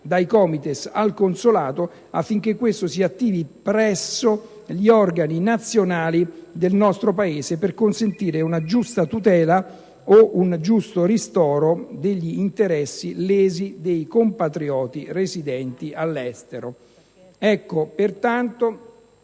dai Comites al consolato affinché questo si attivi presso gli organi nazionali del nostro Paese per consentire una giusta tutela o un giusto ristoro degli interessi lesi dei compatrioti residenti all'estero.